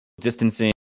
distancing